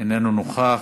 איננו נוכח,